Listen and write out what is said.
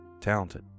talented